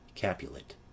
Capulet